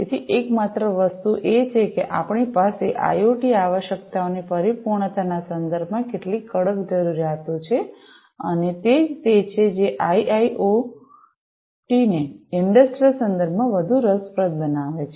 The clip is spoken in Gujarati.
તેથી એકમાત્ર વસ્તુ એ છે કે આપણી પાસે આઇઓટી આવશ્યકતાઓની પરિપૂર્ણતાના સંદર્ભમાં કેટલીક કડક જરૂરિયાતો છે અને તે જ તે છે જે આઇઆઈઑટીને ઇંડસ્ટ્રિયલ સંદર્ભમાં વધુ રસપ્રદ બનાવે છે